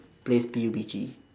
plays P_U_B_G